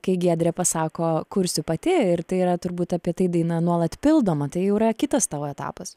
kai giedrė pasako kursiu pati ir tai yra turbūt apie tai daina nuolat pildoma tai jau yra kitas tavo etapas